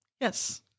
Yes